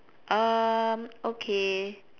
um okay